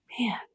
Man